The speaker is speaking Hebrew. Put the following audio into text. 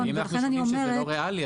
אם אנחנו חושבים שזה לא ריאלי,